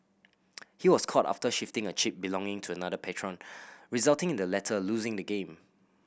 he was caught after shifting a chip belonging to another patron resulting in the latter losing the game